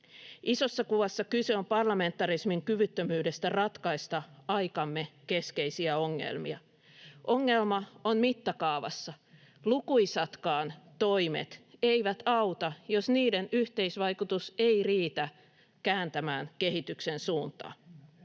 Isossa kuvassa kyse on parlamentarismin kyvyttömyydestä ratkaista aikamme keskeisiä ongelmia. Ongelma on mittakaavassa. Lukuisatkaan toimet eivät auta, jos niiden yhteisvaikutus ei riitä kääntämään kehityksen suuntaa.